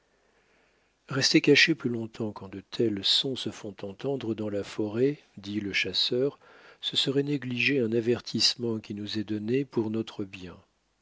rester cachés plus longtemps quand de tels sons se font entendre dans la forêt dit le chasseur ce serait négliger un avertissement qui nous est donné pour notre bien